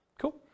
Cool